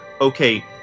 okay